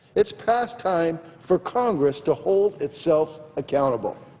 it's past time for congress to hold itself accountable.